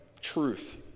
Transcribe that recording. truth